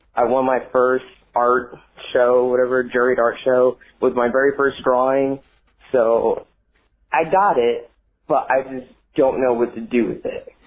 i won my first art show whatever juried art show was my very first drawing so i got it but i just don't know what to do with it.